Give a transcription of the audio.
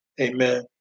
amen